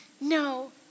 no